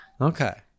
Okay